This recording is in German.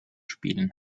spielen